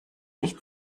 sich